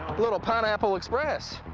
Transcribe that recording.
little pineapple express.